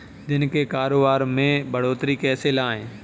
दिन के कारोबार में बढ़ोतरी कैसे लाएं?